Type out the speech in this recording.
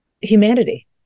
Humanity